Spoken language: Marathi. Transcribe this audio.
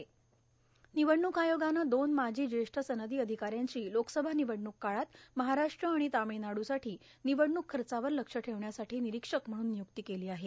र्णनवडणूक आयोगानं दोन माजी ज्येष्ठ सनदो अधिकाऱ्यांची लोकसभा निवडणूक काळात महाराष्ट्र आर्गण तर्गामळनाइसाठा निवडणूक खचावर लक्ष ठेवण्यासाठां र्णनराक्षक म्हणून नियुक्ती केलो आहे